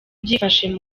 byifashe